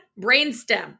brainstem